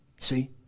See